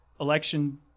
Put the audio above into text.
election